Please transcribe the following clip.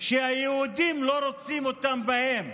שהיהודים לא רוצים אותם בהם.